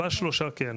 כן,